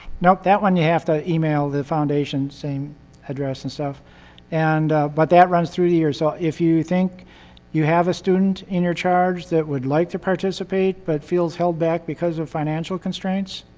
nope that one you have to email the foundation. same address and stuff. and but that runs through the year so if you think you have a student in your charge that would like to participate but feels held back because of financial constraints,